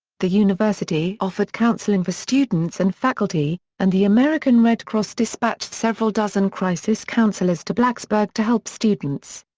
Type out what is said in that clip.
the university offered counseling for students and faculty, and the american red cross dispatched several dozen crisis counselors to blacksburg to help students.